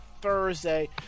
Thursday